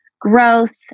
growth